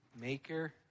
maker